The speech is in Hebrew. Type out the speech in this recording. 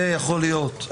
זה יכול להיות,